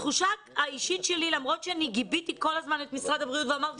התחושה האישית שלי - למרות שכל הזמן גיביתי את משרד הבריאות ואמרתי